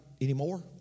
anymore